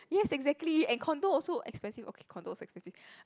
yes exactly and condo also expensive okay condo is expensive